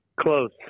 Close